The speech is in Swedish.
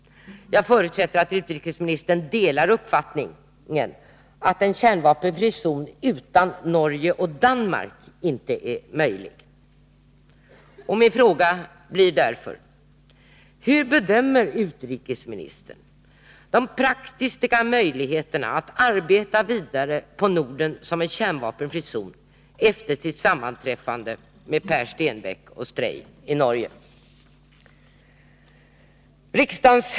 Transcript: Jag förutsätter att utrikesministern delar uppfattningen att en kärnvapenfri zon utan Norge och Danmark inte är möjlig. Min fråga blir därför: Hur bedömer utrikesministern de praktiska möjligheterna att arbeta vidare på Norden som en kärnvapenfri zon efter sitt sammanträffande med Pär Stenbäck och Svenn Stray i Norge?